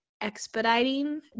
expediting